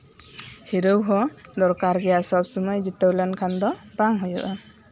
ᱦᱤᱨᱟᱹᱣ ᱦᱚᱸ ᱫᱚᱨᱠᱟᱨ ᱜᱮᱭᱟ ᱥᱚᱵ ᱥᱚᱢᱚᱭ ᱡᱤᱛᱟᱹᱣ ᱞᱮᱱᱠᱷᱟᱱ ᱫᱚ ᱵᱟᱝ ᱦᱩᱭᱩᱜᱼᱟ